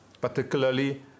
particularly